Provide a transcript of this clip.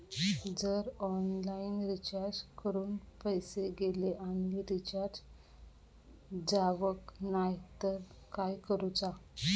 जर online recharge करून पैसे गेले आणि रिचार्ज जावक नाय तर काय करूचा?